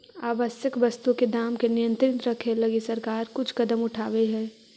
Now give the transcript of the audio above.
आवश्यक वस्तु के दाम के नियंत्रित रखे लगी सरकार कुछ कदम उठावऽ हइ